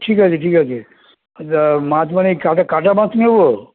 ঠিক আছে ঠিক আছে তা মাছ মানে কাটা কাটা মাছ নেব